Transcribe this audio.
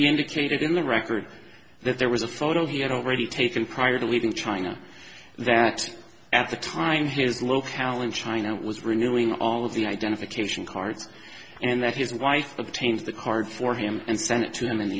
indicated in the record that there was a photo he had already taken prior to leaving china that at the time his locale in china was renewing all of the identification cards and that his wife obtains the card for him and sent it to him in the